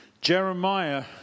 Jeremiah